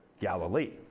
Galilee